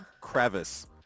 crevice